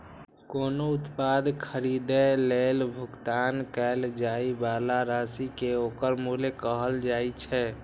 कोनो उत्पाद खरीदै लेल भुगतान कैल जाइ बला राशि कें ओकर मूल्य कहल जाइ छै